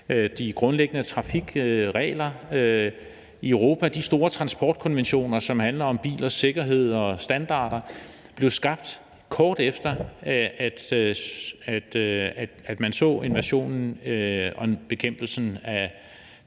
de grundlæggende trafikregler i Europa – og de store transportkonventioner, som handler om bilers sikkerhed og standarder, blev skabt, kort efter at man så invasionen og bekæmpelsen af